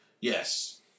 yes